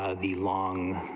ah the long,